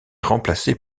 remplacé